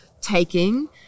taking